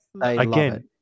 Again